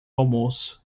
almoço